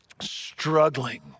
struggling